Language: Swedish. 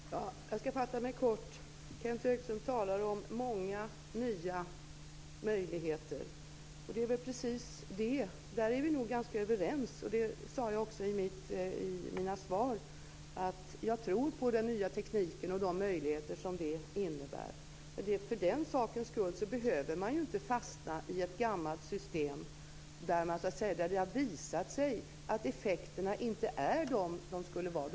Herr talman! Jag ska fatta mig kort. Kenth Högström talar om många nya möjligheter. Där är vi nog ganska överens, och jag sade också i mina svar att jag tror på den nya tekniken och de möjligheter den innebär. Men för den sakens skull behöver man ju inte fastna i ett gammalt system där det har visat sig att effekterna inte är de som de skulle vara.